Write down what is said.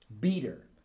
Beater